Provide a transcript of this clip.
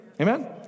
Amen